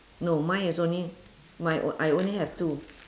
no mine is only mi~ I only have two